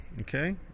Okay